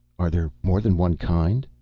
are there more than one kind?